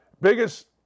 Biggest